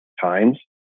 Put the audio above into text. times